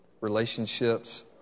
Relationships